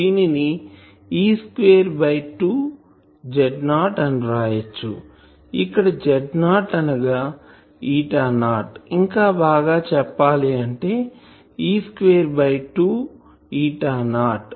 దీనిని E square by 2 Z0 అని వ్రాయచ్చు ఇక్కడ Z0 అనగా ఈటా నాట్ ఇంకా బాగా చెప్పాలి అంటే E square by 2 eta not